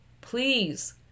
please